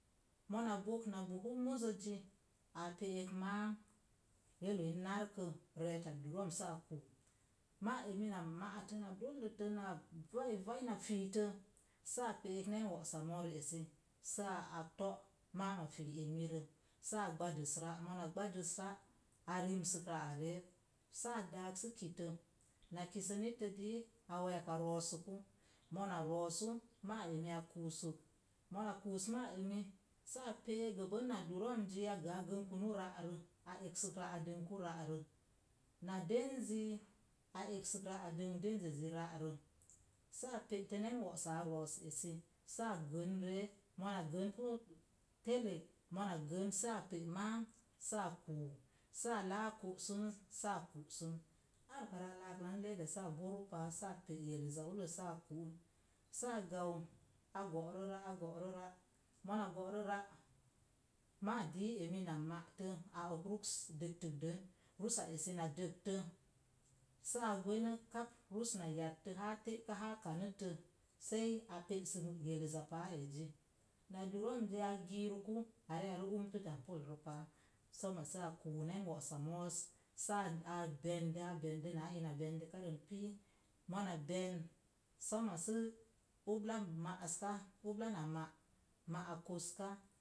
Mona bok na bulu muzozi’ a pe'ek máám yeloi narkə re̱e̱ta durom sə a kuu máá emi na ma'te na dolluto vai vai na fiitə sei a pe’ nen wosa moóro esi sə a ti máá fii emirə sə a gbodiz ra’ mona gbadiz ra’ a rimsə ra'a reek sə a daak sə kite na kisə nitte dii a we̱e̱k a roosuku mona roosu maa emi a kuusuk, mona kuus maa emi sə a pe'ek gəbən na duromziya gə a gənkunu ra'rə, a eksək ra’ a dənku ra're, na denzi a eksək ra’ a denk denzizi ra’ eekirə, sə a pe'te nen wo'sa a ro̱o̱s esi sə a gən ree, mona gənpa tele mona gən sə a pe maam sə a kuu sə a láá ku'súnz sə a kúsun ar ukarə a laalan leda sə a boru paa sə a pe’ yeliza ullon sə a ku'u, sə a gau a go'zo ra’ a go'ro ra’ mona go'ro ra’ maa dii emi na ma'te a ok rús dəktik rusa esi na dəktə sə a gwene kap rús na yattə ár te'ka haa kannitə se a pe'sək yeliza paa ezi na cluromziya a giruku a ree are are umtu tampollo paa somo sa kuu nen wo'sa moos sə a'a bendə naa ina bendəkarən na pii mona bən somono sə ulbla ma'aska ubla na ma’ ma'ak koska